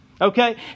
Okay